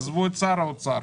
עזבו את שר האוצר,